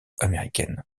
américaine